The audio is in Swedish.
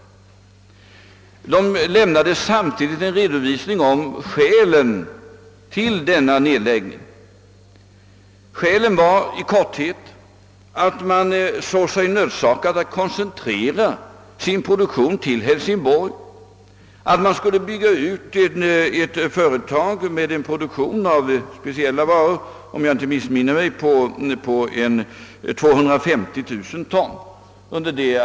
Företaget lämnade samtidigt en redovisning av skälen till den aviserade nedläggningen. Bakgrunden till åtgärden var i korthet att man såg sig nödsakad att koncentrera sin produktion till Hälsingborg. Man skulle bygga ut en produktion av speciella varor med en kapacitet av — om jag inte missminner mig — 250 000 ton.